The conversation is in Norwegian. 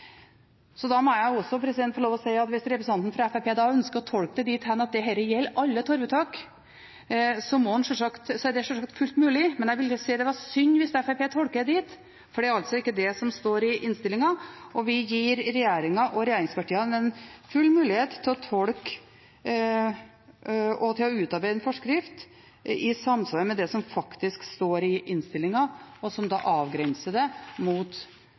så er det sjølsagt fullt mulig, men jeg vil jo si det er synd hvis Fremskrittspartiet tolker det dit, for det er altså ikke det som står i innstillingen. Vi gir regjeringen og regjeringspartiene full mulighet til å tolke og til å utarbeide en forskrift, i samsvar med det som faktisk står i innstillingen, og som da avgrenser det mot